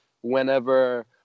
whenever